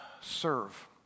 serve